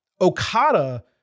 Okada